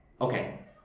Okay